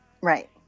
Right